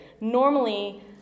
normally